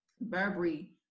Burberry